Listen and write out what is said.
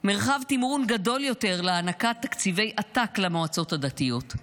גדול יותר להענקת תקציבי עתק למועצות הדתיות,